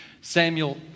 Samuel